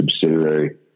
subsidiary